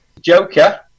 joker